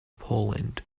poland